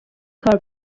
کار